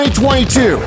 2022